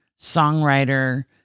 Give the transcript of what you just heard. songwriter